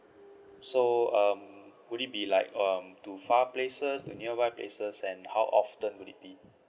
so um would it be like um to far places to nearby places and how often would it be